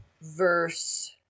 verse